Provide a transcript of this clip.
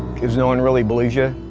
cause no one really believes you.